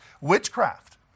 witchcraft